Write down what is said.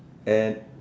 and